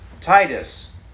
Titus